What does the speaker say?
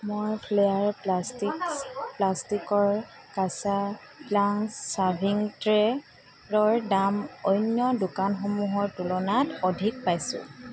মই ফ্লেয়াৰ প্লাষ্টিকছ প্লাষ্টিকৰ কাছাপ্লান্স চাৰ্ভিং ট্ৰেৰ দাম অন্য দোকানসমূহৰ তুলনাত অধিক পাইছোঁ